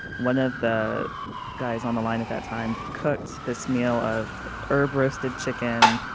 one of the guys on the line at that time cooked this meal of herb-roasted chicken,